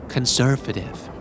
Conservative